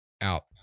out